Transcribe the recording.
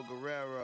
Guerrero